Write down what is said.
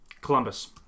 Columbus